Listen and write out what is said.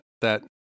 that-